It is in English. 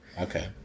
Okay